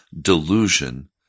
delusion